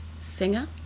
Singer